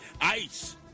ICE